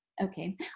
Okay